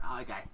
okay